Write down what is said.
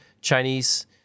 Chinese